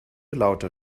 lauter